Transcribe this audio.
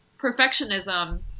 perfectionism